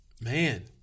Man